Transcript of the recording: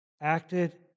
acted